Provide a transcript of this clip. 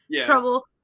Trouble